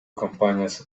компаниясы